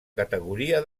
categoria